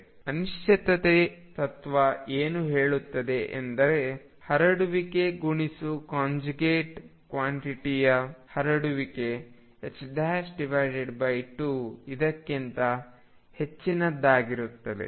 ಅನಿಶ್ಚಿತತೆ ತತ್ವ ಏನು ಹೇಳುತ್ತದೆ ಎಂದರೆ ಹರಡುವಿಕೆ ಗುಣಿಸು ಕಂಜುಗೇಟ್ ಕ್ವಾಂಟಿಟಿಯ ಹರಡುವಿಕೆ 2 ಇದಕ್ಕಿಂತ ಹೆಚ್ಚಿನದಾಗಿರುತ್ತದೆ